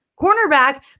cornerback